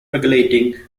regulating